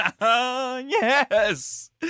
Yes